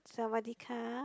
sawatdeekap